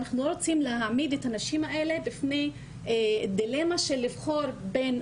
ואנחנו לא רוצים להעמיד את הנשים האלה בפני דילמה של לבחור בין